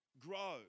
grow